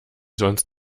sonst